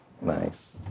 Nice